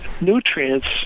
nutrients